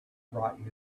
brought